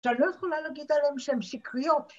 ‫אני לא יכולה להגיד עליהם ‫שהם שקריות.